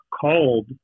called